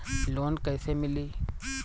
Loan कइसे मिली?